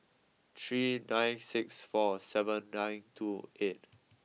three nine six four seven nine two eight